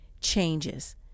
changes